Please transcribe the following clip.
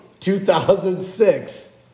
2006